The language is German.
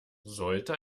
sollte